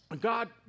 God